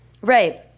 Right